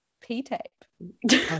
p-tape